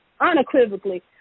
unequivocally